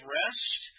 rest